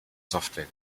software